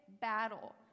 battle